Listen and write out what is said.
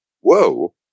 whoa